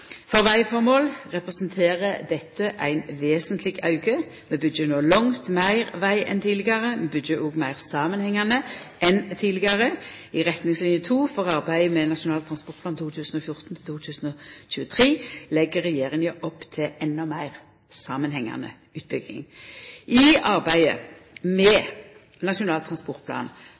For vegformål representerer dette ein vesentleg auke. Vi byggjer no langt meir veg enn tidlegare. Vi byggjer òg meir samanhengande enn tidlegare. I retningslinje 2 for arbeidet med Nasjonal transportplan 2014–2023 legg regjeringa opp til ei endå meir samanhengande utbygging. I arbeidet med Nasjonal transportplan